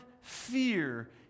fear